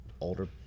older